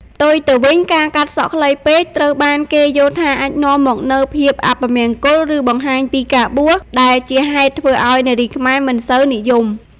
ផ្ទុយទៅវិញ ការកាត់សក់ខ្លីពេក ត្រូវបានគេយល់ថាអាចនាំមកនូវ ភាពអពមង្គល ឬបង្ហាញពីការបួស ដែលជាហេតុធ្វើឱ្យនារីខ្មែរមិនសូវនិយម។